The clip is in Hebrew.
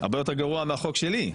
הרבה יותר גרוע מהחוק שלי,